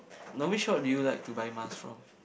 no which shop do you like to buy mask from